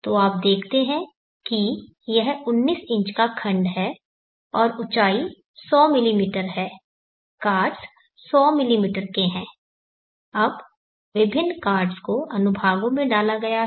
तो आप देखते हैं कि यह 19 इंच का खंड है और ऊंचाई 100 मिमी है कार्ड्स 100 मिमी के है अब विभिन्न कार्ड्स को अनुभागों में डाला गया है